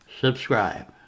subscribe